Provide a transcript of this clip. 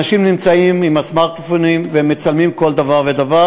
אנשים נמצאים עם הסמארטפונים ומצלמים כל דבר ודבר